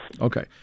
Okay